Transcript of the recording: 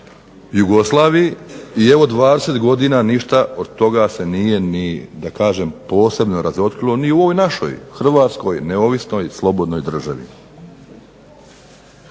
Jugoslaviji i 20 godina ništa od toga se nije ni da kažem posebno razotkrilo ni u ovoj našoj Hrvatskoj neovisnoj slobodnoj državi.